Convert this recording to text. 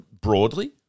broadly